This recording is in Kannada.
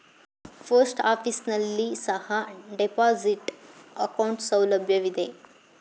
ಪೋಸ್ಟ್ ಆಫೀಸ್ ನಲ್ಲಿ ಸಹ ಡೆಪಾಸಿಟ್ ಅಕೌಂಟ್ ಸೌಲಭ್ಯವಿದೆ